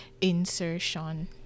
insertion